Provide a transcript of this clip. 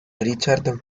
richard